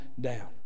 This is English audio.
down